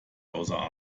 außer